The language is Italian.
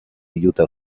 aiuta